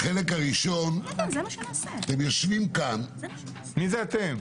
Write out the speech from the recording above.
אתם יושבים כאן- - מי זה אתם?